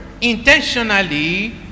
intentionally